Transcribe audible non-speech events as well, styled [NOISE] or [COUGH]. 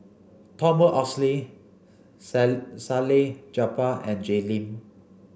Thomas Oxley [UNINTELLIGIBLE] Salleh Japar and Jay Lim